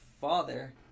father